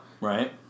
Right